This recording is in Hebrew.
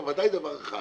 אבל בוודאי דבר אחד,